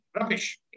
rubbish